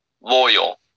loyal